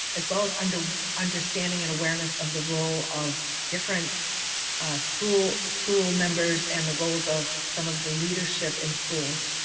as well as and understanding and awareness of the role of different school school members and the roles of some of the leadership in schools.